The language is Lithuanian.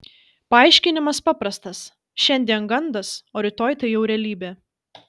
paaiškinimas paprastas šiandien gandas o rytoj tai jau realybė